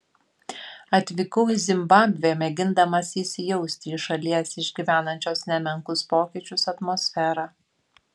atvykau į zimbabvę mėgindamas įsijausti į šalies išgyvenančios nemenkus pokyčius atmosferą